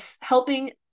helping